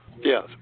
Yes